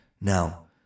Now